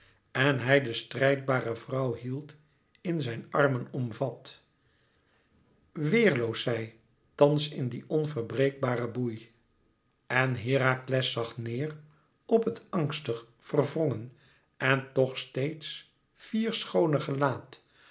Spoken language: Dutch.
en hij de strijdbare vrouw hield in zijn armen omvat weerloos zij thans in dien onverbreekbaren boei en herakles zag neêr op het angstig verwrongen en toch steeds fier schoone gelaat